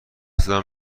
احترام